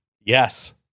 Yes